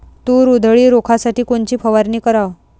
तूर उधळी रोखासाठी कोनची फवारनी कराव?